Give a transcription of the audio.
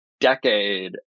decade